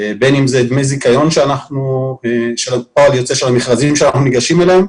בין אם אלה דמי זיכיון שהם פועל יוצא של המכרזים שאנחנו ניגשים אליהם,